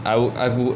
I would I wou~